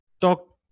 talk